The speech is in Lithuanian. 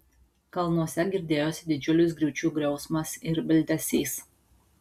kalnuose girdėjosi didžiulis griūčių griausmas ir bildesys